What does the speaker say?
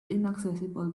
inaccessible